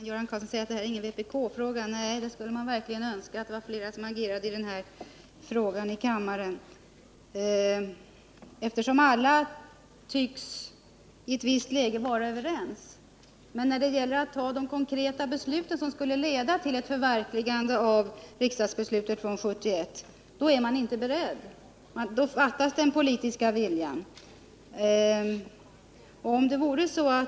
Herr talman! Göran Karlsson säger att det här inte är någon vpk-fråga. Nej, men man skulle verkligen önska att det vore fler än vpk som agerade i den här frågan i kammaren, eftersom alla i ett visst läge tycks vara överens. Men när det gäller att fatta de konkreta beslut som skulle leda till ett förverkligande av riksdagsbeslutet från 1971 om smärtlindring vid förlossning är man dock inte beredd till detta; då saknas den politiska viljan.